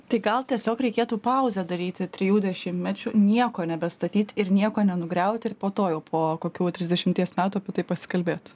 tai gal tiesiog reikėtų pauzę daryti trijų dešimtmečių nieko nebestatyt ir nieko nenugriauti ir po to jau po kokių trisdešimties metų apie tai pasikalbėt